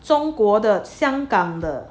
中国的香港的